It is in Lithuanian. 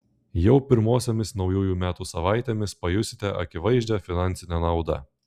jau pirmosiomis naujųjų metų savaitėmis pajusite akivaizdžią finansinę naudą